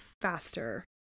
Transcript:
faster